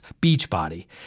Beachbody